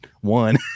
one